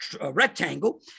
rectangle